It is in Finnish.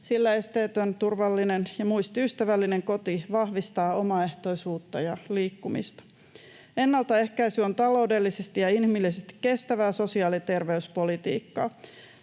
sillä esteetön, turvallinen ja muistiystävällinen koti vahvistaa omaehtoisuutta ja liikkumista. Ennaltaehkäisy on taloudellisesti ja inhimillisesti kestävää sosiaali- ja terveyspolitiikkaa.